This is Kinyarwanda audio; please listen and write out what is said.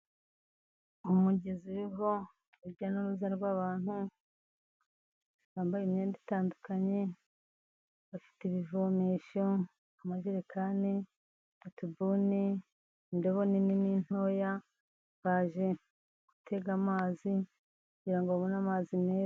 Umugezi uriho urujya n'uruza rw'abantu, bambaye imyenda itandukanye, bafite ibivomesho amajerekani, atubuni, indobo nini, ni ntoya baje gutega amazi kugira ngo babone amazi meza.